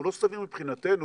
הוא לא סביר מבחינתנו,